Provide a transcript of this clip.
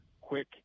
quick